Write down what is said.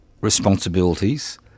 responsibilities